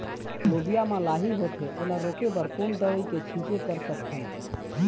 लोबिया मा लाही होथे ओला रोके बर कोन दवई के छीचें कर सकथन?